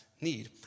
need